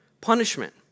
punishment